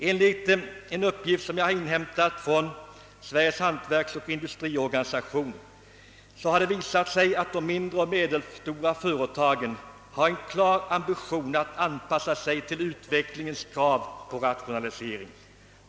Enligt en uppgift som jag inhämtat från Sveriges hantverksoch industri organisation har det visat sig att de mindre och medelstora företagen har en klar ambition att anpassa sig till utvecklingens krav på rationalisering.